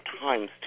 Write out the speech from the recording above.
times